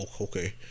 okay